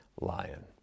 lion